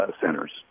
centers